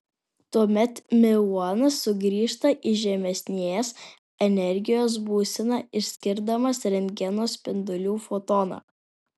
tuomet miuonas sugrįžta į žemesnės energijos būseną išskirdamas rentgeno spindulių fotoną